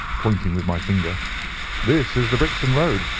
pointing with my finger this is the brixton road,